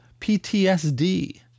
PTSD